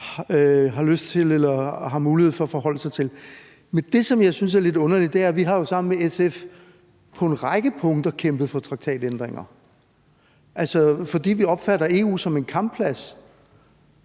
har lyst til eller mulighed for at forholde sig til. Men der er noget, som jeg synes er lidt underligt. Vi har jo sammen med SF på en række punkter kæmpet for traktatændringer, fordi vi opfatter EU som en kampplads;